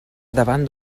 davant